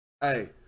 Hey